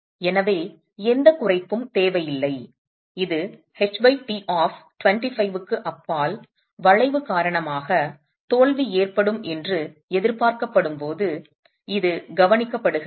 எனவே எந்தக் குறைப்பும் தேவையில்லை இது ht ஆப் 25க்கு அப்பால் வளைவு காரணமாக தோல்வி ஏற்படும் என்று எதிர்பார்க்கப்படும் போது இது கவனிக்கப்படுகிறது